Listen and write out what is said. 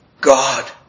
God